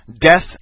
death